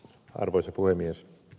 arvoisa puhemies